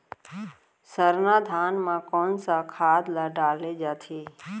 सरना धान म कोन सा खाद ला डाले जाथे?